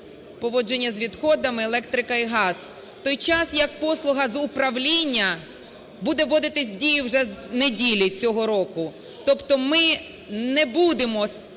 поводження з відходами, електрика і газ, в той час, як послуга за управління буде вводитися в дію вже з неділі цього року. Тобто ми не будемо